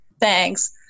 Thanks